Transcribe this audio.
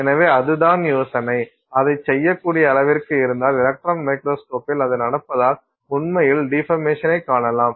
எனவே அதுதான் யோசனை அதைச் செய்யக்கூடிய அளவிற்கு இருந்தால் எலக்ட்ரான் மைக்ரோஸ்கோப்பில் அது நடப்பதால் உண்மையில் டிபர்மேசனை காணலாம்